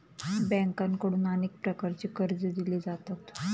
बँकांकडून अनेक प्रकारची कर्जे दिली जातात